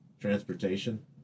transportation